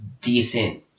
decent